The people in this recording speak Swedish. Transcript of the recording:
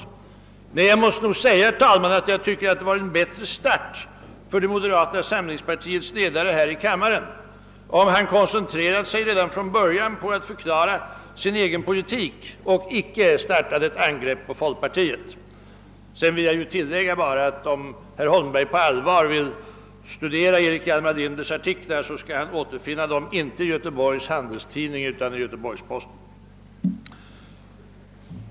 Nej, herr talman, jag måste säga att jag tycker att det skulle ha varit en bättre start för moderata samlingspartiets ledare här i kammaren om han redan inledningsvis koncentrerat sig på att förklara sin egen politik och icke börjat med ett angrepp på folkpartiet. Jag vill tillägga, att om herr Holmberg på allvar önskar studera Erik Hjalmar Linders artiklar, så återfinner han dem inte i Göteborgs Handelsoch Sjöfarts-Tidning utan i Göteborgs-Posten.